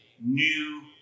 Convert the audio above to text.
new